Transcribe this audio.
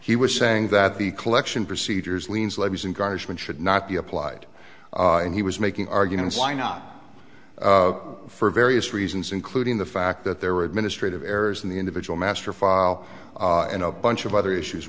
he was saying that the collection procedures liens levies and garnishment should not be applied and he was making arguments why not for various reasons including the fact that there were administrative errors in the individual master file and a bunch of other issues